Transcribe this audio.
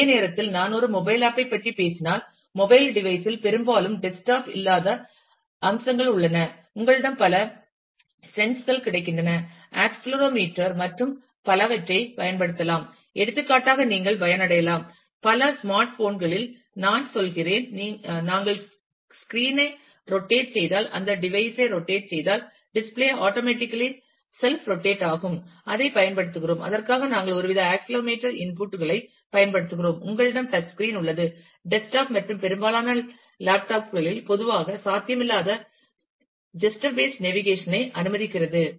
அதே நேரத்தில் நான் ஒரு மொபைல் ஆப் ஐ பற்றி பேசினால் மொபைல் டிவைஸ் இல் பெரும்பாலும் டெஸ்க்டாப்பில் இல்லாத அம்சங்கள் உள்ளன உங்களிடம் பல சென்ஸ் கள் கிடைக்கின்றன ஆக்சலரோமீட்டர் மற்றும் பலவற்றைப் பயன்படுத்தலாம் எடுத்துக்காட்டாக நீங்கள் பயனடையலாம் பல ஸ்மார்ட் போன்களில் நான் சொல்கிறேன் நாங்கள் ஸ்க்ரீன் ஐ ரொட்டேட் செய்தால் அந்தச் டிவைஸ் ஐ ரொட்டேட் செய்தால் டிஸ்ப்ளே ஆட்டோமேட்டிக்கல்லி செல்ப் ரொட்டேட் ஆகும் அதைப் பயன்படுத்துகிறோம் அதற்காக நாங்கள் ஒருவித ஆக்சலரோமீட்டர் இன்புட் களைப் பயன்படுத்துகிறோம் உங்களிடம் touch screen உள்ளது டெஸ்க்டாப் மற்றும் பெரும்பாலான லேப்டாப் களில் பொதுவாக சாத்தியமில்லாத ஜெஸ்டர் பேஸ்ட் நேவிகேஷன் ஐ அனுமதிக்கிறது